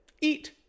eat